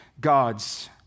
gods